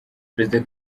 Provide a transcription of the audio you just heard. perezida